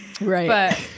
right